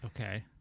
Okay